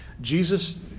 Jesus